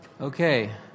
Okay